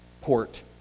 port